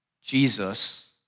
Jesus